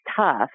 tough